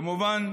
כמובן,